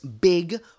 big